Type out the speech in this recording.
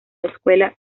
escuela